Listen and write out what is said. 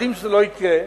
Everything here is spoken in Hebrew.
יודעים שזה לא יקרה,